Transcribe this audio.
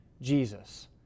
Jesus